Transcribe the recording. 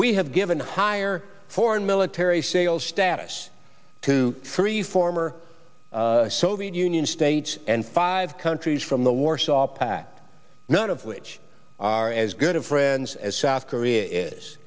we have given a higher foreign military sales status to three former soviet union states and five countries from the warsaw pact none of which are as good friends as south korea is